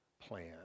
plan